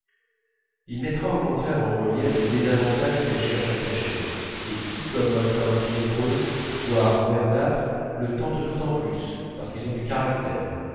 et mettra au contraire en relief les désavantages qu'elle cherche à cacher et qui comme un teint fiévreux voire verdâtre le tentent d'autant plus parce qu'ils ont du caractère